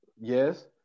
Yes